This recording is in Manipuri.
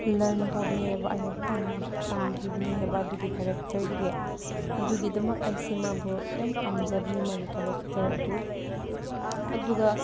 ꯂꯔꯟ ꯇꯧꯕꯅꯤ ꯍꯥꯏꯕ ꯑꯩꯅ ꯇꯝ ꯇꯝꯈꯤꯕꯅꯤ ꯍꯥꯏꯕ ꯑꯗꯨꯒꯤ ꯀꯔꯦꯛꯇꯔꯗꯒꯤ ꯑꯗꯨꯒꯤꯗꯃꯛ ꯑꯩꯁꯦ ꯃꯥꯕꯨ ꯌꯥꯝ ꯄꯥꯝꯖꯕꯅꯦ ꯃꯥꯒꯤ ꯀꯔꯦꯛꯇꯔ ꯑꯗꯨ ꯑꯗꯨꯒ